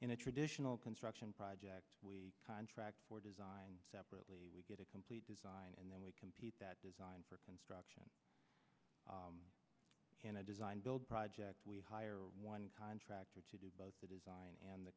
in a traditional construction project we contract for design separately we get a complete design and then we compete that design for construction in a design build project we hire one contractor to do both the design and the